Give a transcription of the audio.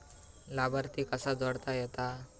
लाभार्थी कसा जोडता येता?